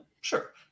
Sure